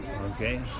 Okay